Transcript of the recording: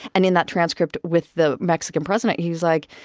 and in that transcript with the mexican president, he was like,